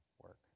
work